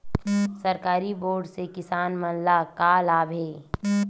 सरकारी बोर से किसान मन ला का लाभ हे?